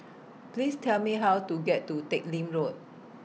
Please Tell Me How to get to Teck Lim Road